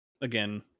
again